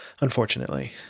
unfortunately